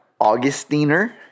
Augustiner